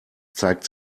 zeigt